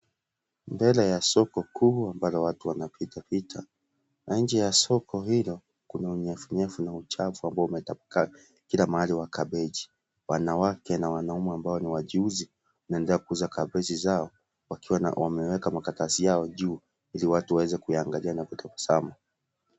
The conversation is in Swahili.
Mbele ya soko kuu ambalo watu wanapitapita na njee ya soko hilo kuna unyevunyevu na uchafu ambao umetapakaa kila mahali wa kabeji. Wanawake na wanaume ambao ni wachuuzi wanaendelea kuuza kabeji zao wakiwa wameweka makaratasi yao juu ili watu waweze kuyaangalia na kutabasamu.